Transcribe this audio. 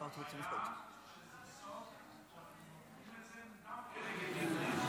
שבסוף אתם עושים את זה גם כנגד יהודים.